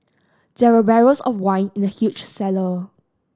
there were barrels of wine in the huge cellar